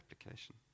application